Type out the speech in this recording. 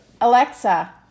Alexa